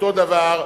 אותו הדבר.